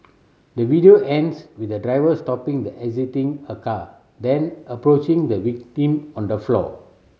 the video ends with the driver stopping the exiting her car then approaching the victim on the floor